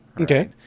Okay